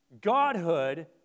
godhood